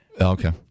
Okay